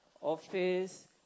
office